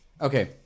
Okay